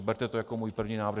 Berte to jako můj první návrh.